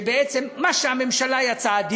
ובעצם מה שהממשלה יצאה ממנו,